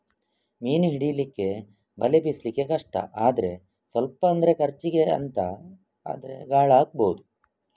ಮೀನು ಹಿಡೀಲಿಕ್ಕೆ ಬಲೆ ಬೀಸ್ಲಿಕ್ಕೆ ಕಷ್ಟ ಆದ್ರೆ ಸ್ವಲ್ಪ ಅಂದ್ರೆ ಖರ್ಚಿಗೆ ಅಂತ ಆದ್ರೆ ಗಾಳ ಹಾಕ್ಬಹುದು